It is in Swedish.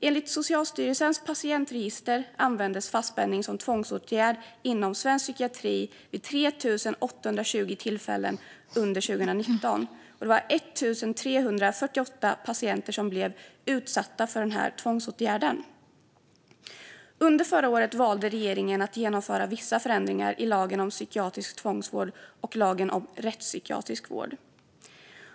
Enligt Socialstyrelsens patientregister användes fastspänning som tvångsåtgärd inom svensk psykiatri vid 3 820 tillfällen under 2019, och det var 1 348 patienter som blev utsatta för denna tvångsåtgärd. Under förra året valde regeringen att genomföra vissa ändringar i lagen om psykiatrisk tvångsvård och lagen om rättspsykiatrisk vård.